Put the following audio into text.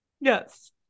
Yes